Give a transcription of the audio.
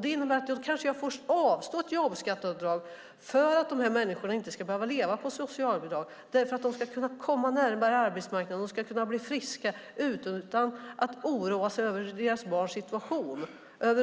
Det innebär att jag kanske får avstå ett jobbskatteavdrag för att dessa människor inte ska behöva leva på socialbidrag utan ska kunna komma närmare arbetsmarknaden och kunna bli friska utan att oroa sig över sina barns situation,